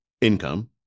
income